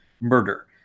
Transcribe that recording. Murder